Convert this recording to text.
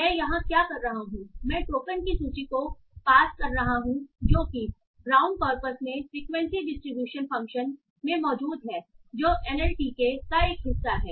मैं यहाँ क्या कर रहा हूँ मैं टोकेन की सूची को पास कर रहा हूँ जो कि ब्राउन कॉर्पस में फ्रीक्वेंसी डिस्ट्रीब्यूशन फंक्शन में मौजूद है जो एनएलटीके का एक हिस्सा है